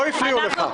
לא לקבל --- מיקי,